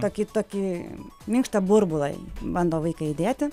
tokį tokį minkštą burbulą bando vaiką įdėti